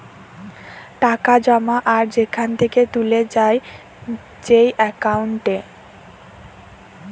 টাকা জমা আর সেখান থেকে তুলে যায় যেই একাউন্টে